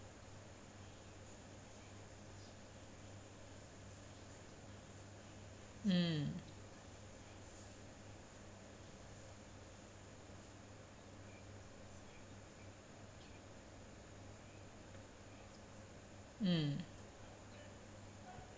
mm mm